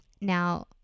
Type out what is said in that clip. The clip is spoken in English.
Now